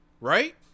right